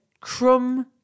crumb